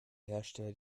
hersteller